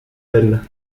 elle